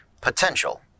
potential